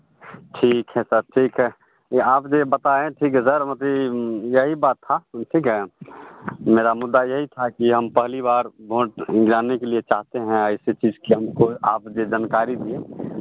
ठीक है सर ठीक है ये आप जो बताए ठीक है सर अथी यही बात था ठीक है मेरा मुद्दा यही था कि हम पहली बार वोट गिराने के लिये चाहते हैं ऐसी चीज कि हमको आप जो जानकारी दिए